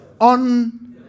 on